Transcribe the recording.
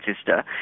sister